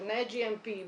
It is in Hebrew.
בתנאי GMP,